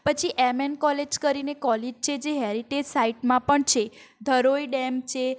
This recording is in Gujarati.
પછી એમ એન કોલેજ કરીને કોલેજ છે જે હેરિટેજ સાઈટમાં પણ છે ધરોઇ ડેમ છે